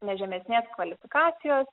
ne žemesnės kvalifikacijos